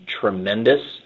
tremendous